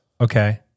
Okay